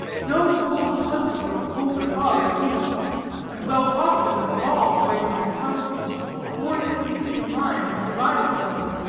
no cold husband or colder father, he and, though often and long away from his household bore its needs in mind, and provided for them.